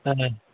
ஆமாம்